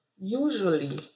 usually